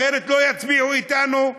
אחרת לא יצביעו אתנו.